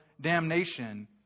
damnation